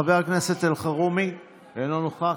חבר הכנסת אלחרומי, אינו נוכח.